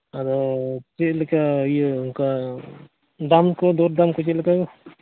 ᱟᱫᱚ ᱪᱮᱫᱞᱮᱠᱟ ᱤᱭᱟᱹ ᱚᱱᱠᱟ ᱫᱟᱢ ᱠᱚ ᱫᱚᱨᱫᱟᱢ ᱠᱚ ᱪᱮᱫᱞᱮᱠᱟ